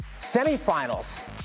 Semifinals